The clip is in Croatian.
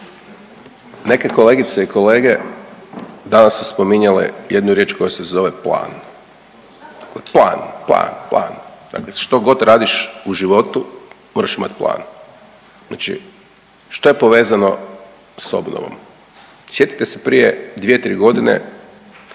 Neke kolegice i kolege danas su spominjale jednu riječ koja se zove plan. Plan, plan, plan. Dakle što god radiš u životu, moraš imat plan. Znači što je povezano s obnovom? Sjetite se prije 2, 3 godine